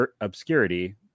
obscurity